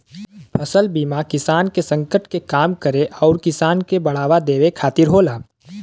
फसल बीमा किसान के संकट के कम करे आउर किसान के बढ़ावा देवे खातिर होला